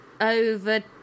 over